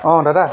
অঁ দাদা